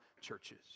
churches